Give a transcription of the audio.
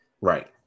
Right